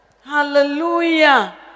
Hallelujah